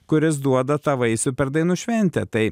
kuris duoda tą vaisių per dainų šventę tai